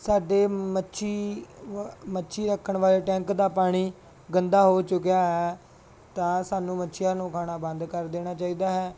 ਸਾਡੇ ਮੱਛੀ ਮੱਛੀ ਰੱਖਣ ਵਾਲੇ ਟੈਂਕ ਦਾ ਪਾਣੀ ਗੰਦਾ ਹੋ ਚੁੱਕਿਆ ਹੈ ਤਾਂ ਸਾਨੂੰ ਮੱਛੀਆਂ ਨੂੰ ਖਾਣਾ ਬੰਦ ਕਰ ਦੇਣਾ ਚਾਹੀਦਾ ਹੈ